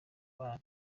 abana